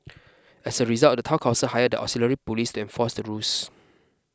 as a result the Town Council hired the auxiliary police to enforce the rules